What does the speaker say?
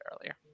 earlier